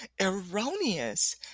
erroneous